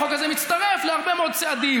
החוק הזה מתווסף לעוד הרבה מאוד צעדים,